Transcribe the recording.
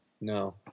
no